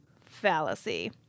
fallacy